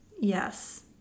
Yes